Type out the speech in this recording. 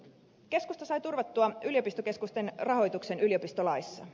keskusta sai turvattua yliopistokeskusten rahoituksen yliopistolaissa